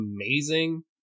amazing